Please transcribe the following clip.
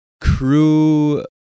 Crew